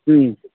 ಹ್ಞೂ